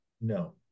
No